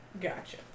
Gotcha